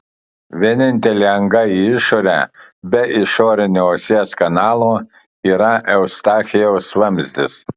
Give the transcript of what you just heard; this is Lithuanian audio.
vienintelė anga į išorę be išorinio ausies kanalo yra eustachijaus vamzdis